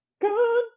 Gone